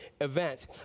event